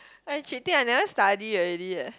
eh she think I never study already eh